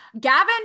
Gavin